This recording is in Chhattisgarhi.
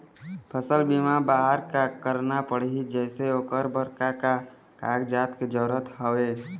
फसल बीमा बार का करना पड़ही जैसे ओकर बर का का कागजात के जरूरत हवे?